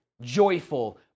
joyful